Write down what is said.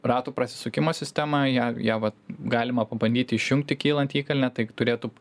ratų prasisukimo sistemą ją ją vat galima pabandyti išjungti kylant įkalne tai turėtų